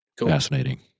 Fascinating